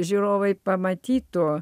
žiūrovai pamatytų